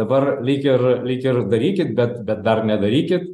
dabar lyg ir lyg ir darykit bet bet dar nedarykit